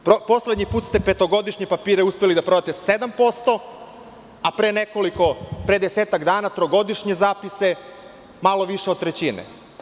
Poslednji put ste petogodišnje papire uspeli da prodate 7%, a pre desetak dana trogodišnje zapise malo više od trećine.